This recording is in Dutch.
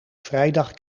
vrijdag